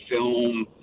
film